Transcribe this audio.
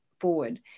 forward